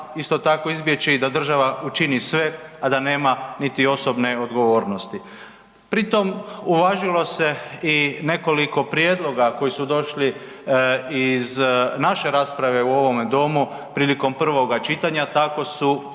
isto tako izbjeći da država učini sve a da nema niti osobne odgovornosti. Pritom uvažilo i nekoliko prijedloga koji su došli iz naše rasprave u ovom domu prilikom prvoga čitanja, tako su